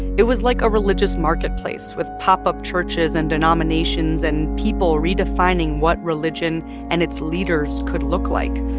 it was like a religious marketplace with pop-up churches and denominations and people redefining what religion and its leaders could look like.